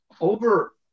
over